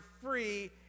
free